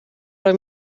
roi